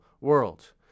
world